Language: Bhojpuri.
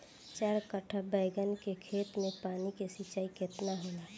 चार कट्ठा बैंगन के खेत में पानी के सिंचाई केतना होला?